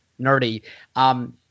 nerdy